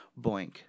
boink